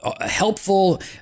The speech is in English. helpful